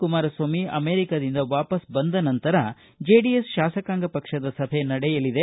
Kumaraswamy America ಪ್ರವಾಸದಿಂದ ವಾಪಸ್ ಬಂದ ನಂತರ ಜೆಡಿಎಸ್ ಶಾಸಕಾಂಗ ಪಕ್ಷದ ಸಭೆ ನಡೆಯಲಿದೆ